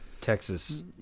Texas